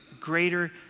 greater